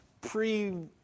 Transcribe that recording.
pre